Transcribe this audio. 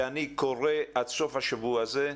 ואני קורא עד סוף השבוע הזה,